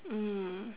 mm